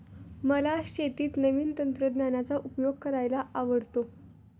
मला शेतीत नवीन तंत्रज्ञानाचा उपयोग करायला आवडतो